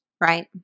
right